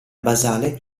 basale